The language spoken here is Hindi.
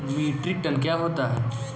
मीट्रिक टन क्या होता है?